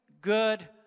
good